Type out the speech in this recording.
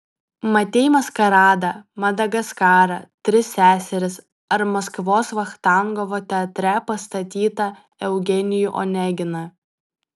matei maskaradą madagaskarą tris seseris ar maskvos vachtangovo teatre pastatytą eugenijų oneginą